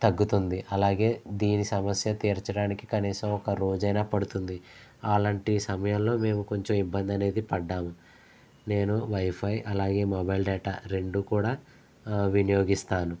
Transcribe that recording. తగ్గుతుంది అలాగే దీని సమస్య తీర్చడానికి కనీసం ఒక రోజైనా పడుతుంది అలాంటి సమయంలో మేము కొంచెం ఇబ్బంది అనేది పడ్డాము నేను వైఫై అలాగే మొబైల్ డేటా రెండూ కూడా వినియోగిస్తాను